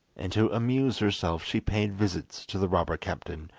and to amuse herself she paid visits to the robber captain,